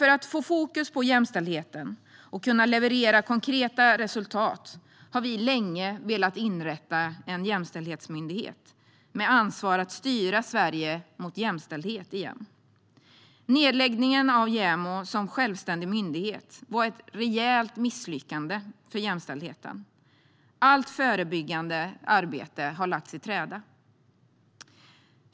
För att få fokus på jämställdheten och kunna leverera konkreta resultat har vi länge velat inrätta en jämställdhetsmyndighet med ansvar att styra Sverige mot jämställdhet igen. Nedläggningen av JämO som självständig myndighet var ett rejält misslyckande för jämställdheten. Allt förebyggande arbete har lagts i träda.